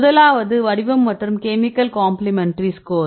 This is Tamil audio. முதலாவது வடிவம் மற்றும் கெமிக்கல் கம்பிளிமெண்டரி ஸ்கோர்